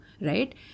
Right